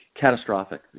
catastrophic